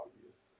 obvious